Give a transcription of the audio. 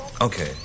okay